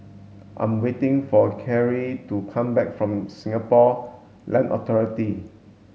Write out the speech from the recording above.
I'm waiting for Cary to come back from Singapore Land Authority